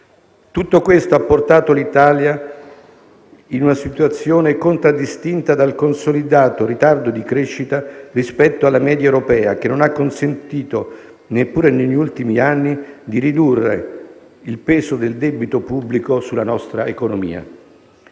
Tutto questo ha portato l'Italia in una situazione contraddistinta dal consolidato ritardo di crescita rispetto alla media europea, che non ha consentito, neppure negli ultimi anni, di ridurre il peso del debito pubblico sulla nostra economia.